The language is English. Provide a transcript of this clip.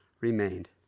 remained